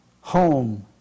home